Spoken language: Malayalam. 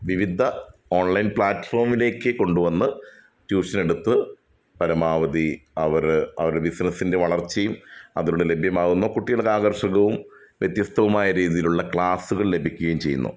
വിവിധ ഓൺലൈൻ പാറ്റ്ഫോമിലേക്ക് കൊണ്ട് വന്ന് ട്യൂഷനെടുത്ത് പരമാവധി അവർ അവരെ ബിസിനസ്സിൻ്റെ വളർച്ചയും അതിനുള്ളിൽ ലഭ്യമാവുന്ന കുട്ടികൾ ഒരു ആകർഷകവും വ്യത്യസ്തവുമായ രീതിയിലുള്ള ക്ലാസ്സുകൾ ലഭിക്കേം ചെയ്യുന്നു